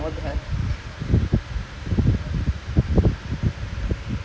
orh I don't wanna open he is like what argue with the referees or something